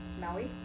Maui